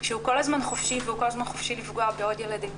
כשהוא כל הזמן חופשי וכל הזמן חופשי לפגוע בעוד ילדים.